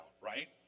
right